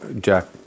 Jack